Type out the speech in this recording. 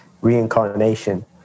reincarnation